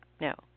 No